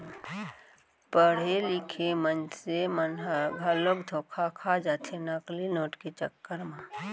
पड़हे लिखे मनसे मन ह घलोक धोखा खा जाथे नकली नोट के चक्कर म